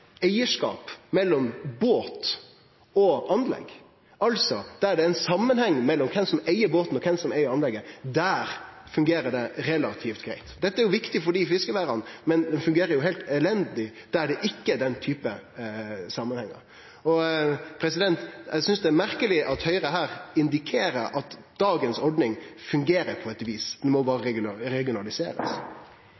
eigarskap mellom båt og anlegg, altså ein samanheng mellom kven som eig båten, og kven som eig anlegget. Der fungerer det relativt greitt. Dette er viktig for dei fiskeværa, men fungerer heilt elendig der det ikkje er denne typen samanhengar. Eg synest det er merkeleg at Høgre her indikerer at dagens ordning fungerer på eit vis – ho må berre